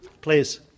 Please